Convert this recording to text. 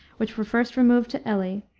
which were first removed to ely,